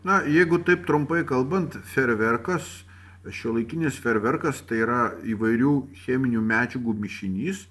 na jeigu taip trumpai kalbant ferverkas šiuolaikinis ferverkas tai yra įvairių cheminių medžiagų mišinys